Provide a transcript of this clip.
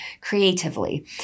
creatively